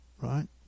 right